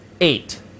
Eight